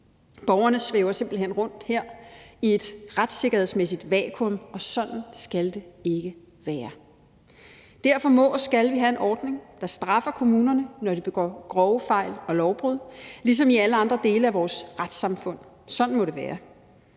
Borgerne svæver simpelt hen rundt her i et retssikkerhedsmæssigt vakuum, og sådan skal det ikke være. Derfor må og skal vi have en ordning, der straffer kommunerne, når de begår grove fejl og lovbrud, ligesom i alle andre dele af vores retssamfund. Sådan må det være.